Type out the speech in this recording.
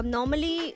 Normally